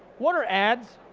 what are ads?